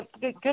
good